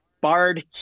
Bard